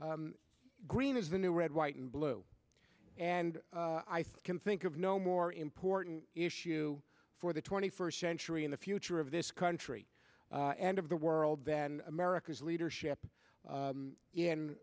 green is the new red white and blue and i can think of no more important issue for the twenty first century in the future of this country and of the world that america's leadership